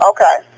Okay